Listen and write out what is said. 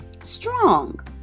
strong